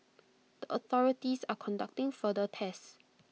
the authorities are conducting further tests